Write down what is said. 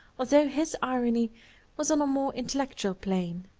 although his irony was on a more intellectual plane.